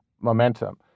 momentum